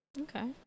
Okay